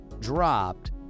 dropped